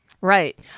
Right